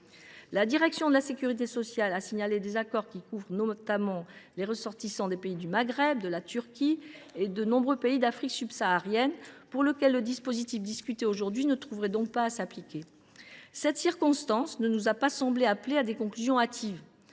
La direction de la sécurité sociale a notamment signalé des accords qui couvrent les ressortissants des pays du Maghreb, de la Turquie et de nombreux pays d’Afrique subsaharienne, pour lesquels le dispositif discuté aujourd’hui ne trouverait donc pas à s’appliquer. Cette circonstance ne nous a toutefois pas semblé devoir conduire à des conclusions hâtives.